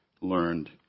learned